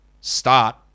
start